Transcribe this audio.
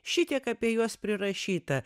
šitiek apie juos prirašyta